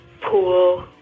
pool